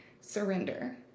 surrender